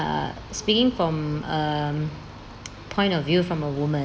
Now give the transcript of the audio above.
speaking from um point of view from a woman